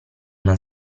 una